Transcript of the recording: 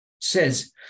says